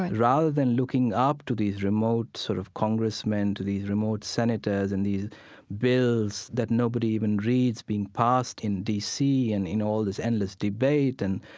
rather than looking up to these remote, sort of, congressmen, to these remote senators, and these bills that nobody even reads being passed in d c. and in all this endless debate and,